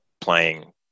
playing